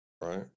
right